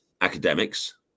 academics